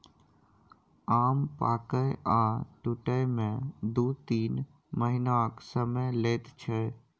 आम पाकय आ टुटय मे दु तीन महीनाक समय लैत छै